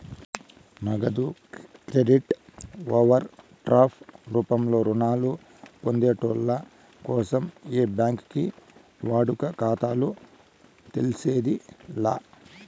నగదు credit overdraft రూపంలో రుణాలు పొందేటోళ్ళ కోసం ఏ బ్యాంకి వాడుక ఖాతాలు తెర్సేది లా